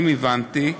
אם הבנתי,